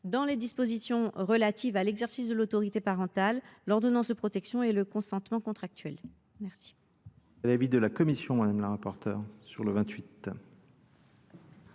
dans les dispositions relatives à l’exercice de l’autorité parentale, à l’ordonnance de protection et au consentement contractuel. Quel